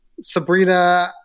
Sabrina